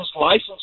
license